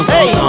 Hey